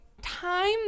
time